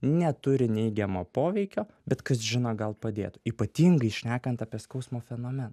neturi neigiamo poveikio bet kas žino gal padėtų ypatingai šnekant apie skausmo fenomeną